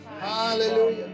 Hallelujah